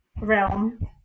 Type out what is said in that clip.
realm